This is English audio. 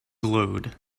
glowed